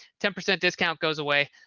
ten percent discount goes away.